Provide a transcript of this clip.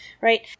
right